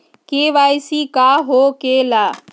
KYC का हो के ला?